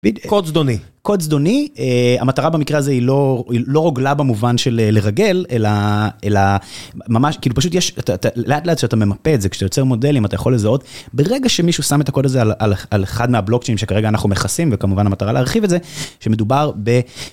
קוד זדוני, קוד זדוני. המטרה במקרה הזה היא לא לא רוגלה במובן של לרגל אלא אלא ממש כאילו פשוט יש לאט לאט שאתה ממפה את זה כשאתה יוצר מודלים, אתה יכול לזהות ברגע שמישהו שם את הקוד הזה על אחד מהבלוק צ'יינים שכרגע אנחנו מכסים וכמובן המטרה להרחיב את זה שמדובר ב.